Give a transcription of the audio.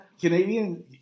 Canadian